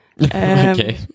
Okay